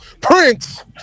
Prince